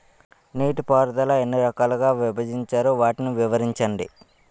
నీటిపారుదల ఎన్ని రకాలుగా విభజించారు? వాటి వివరించండి?